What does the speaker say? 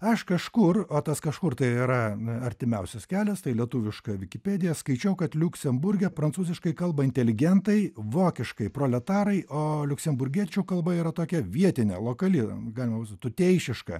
aš kažkur o tas kažkur tai yra artimiausias kelias tai lietuviška vikipedija skaičiau kad liuksemburge prancūziškai kalba inteligentai vokiškai proletarai o liuksemburgiečių kalba yra tokia vietinė lokali galima tuteišiška